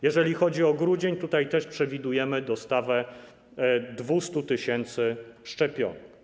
Jeżeli chodzi o grudzień, tutaj też przewidujemy dostawę 200 tys. szczepionek.